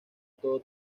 todo